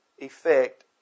effect